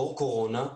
דור קורונה,